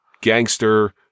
gangster